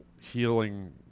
healing